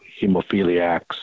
hemophiliacs